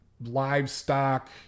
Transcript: livestock